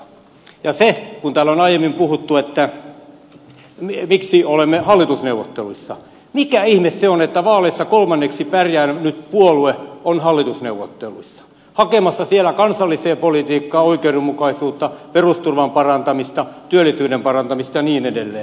kun täällä on aiemmin kysytty miksi olemme hallitusneuvotteluissa niin mikä ihme se on että vaaleissa kolmanneksi parhaiten pärjännyt puolue on hallitusneuvotteluissa hakemassa siellä kansalliseen politiikkaan oikeudenmukaisuutta perusturvan parantamista työllisyyden parantamista ja niin edelleen